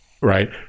right